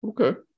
Okay